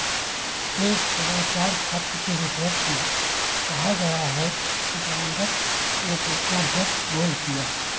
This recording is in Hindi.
एक समाचार पत्र के रिपोर्ट में कहा गया है कि ब्रांड्ट ने दूसरा डच गोल किया